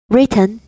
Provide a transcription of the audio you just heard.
Written